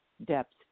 depth